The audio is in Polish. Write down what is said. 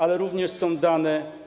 Ale również są dane.